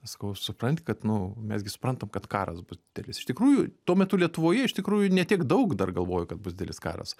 sakau supranti kad nu mes gi suprantam kad karas bus didelis iš tikrųjų tuo metu lietuvoje iš tikrųjų ne tiek daug dar galvojau kad bus didelis karas